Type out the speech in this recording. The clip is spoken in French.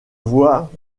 voient